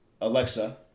Alexa